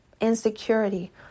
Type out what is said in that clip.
Insecurity